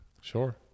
Sure